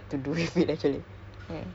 how you guys met